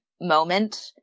moment